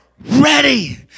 ready